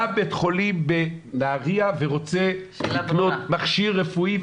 בא בית חולים בנהריה ורוצה לקנות מכשיר רפואי,